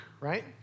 right